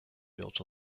built